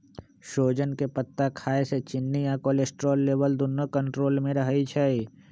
सोजन के पत्ता खाए से चिन्नी आ कोलेस्ट्रोल लेवल दुन्नो कन्ट्रोल मे रहई छई